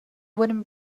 wooden